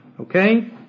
Okay